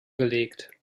gelegt